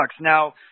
Now